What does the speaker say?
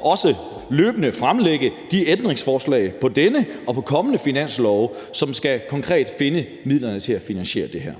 også løbende at fremlægge de ændringsforslag på denne og på kommende finanslove, som konkret skal finde midlerne til at finansiere det her.